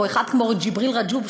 או אחד כמו ג'יבריל רגו'ב,